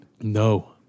No